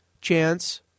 Chance